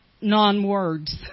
non-words